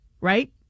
Right